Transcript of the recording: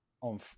on